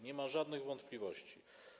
Nie ma żadnych wątpliwości.